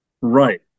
Right